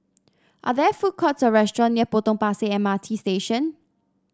are there food courts or restaurant near Potong Pasir M R T Station